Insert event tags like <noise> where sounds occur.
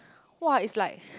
!wah! it's like <breath>